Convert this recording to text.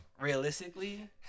realistically